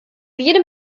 jedem